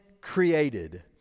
created